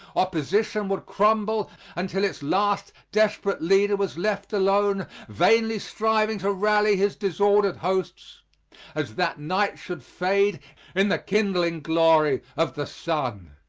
opposition would crumble until its last desperate leader was left alone, vainly striving to rally his disordered hosts as that night should fade in the kindling glory of the sun.